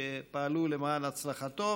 שפעלו למען הצלחתו,